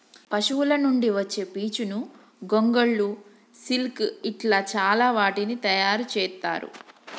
పశువుల నుండి వచ్చే పీచును గొంగళ్ళు సిల్క్ ఇట్లా చాల వాటిని తయారు చెత్తారు